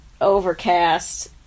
Overcast